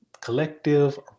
collective